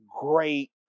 great